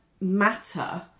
matter